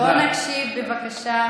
טוב, בואו נקשיב, בבקשה.